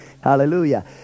Hallelujah